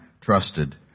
trusted